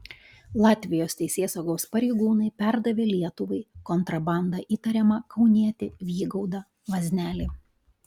latvijos teisėsaugos pareigūnai perdavė lietuvai kontrabanda įtariamą kaunietį vygaudą vaznelį